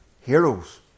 heroes